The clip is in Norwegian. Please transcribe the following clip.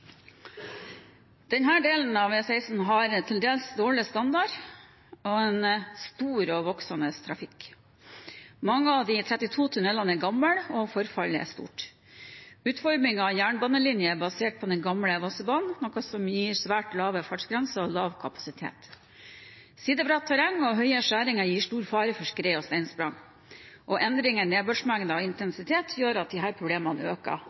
den gamle Vossebanen, noe som gir svært lave fartsgrenser og lav kapasitet. Sidebratt terreng og høye skjæringer gir stor fare for skred og steinsprang, og endringer i nedbørsmengder og -intensitet gjør at disse problemene øker